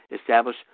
establish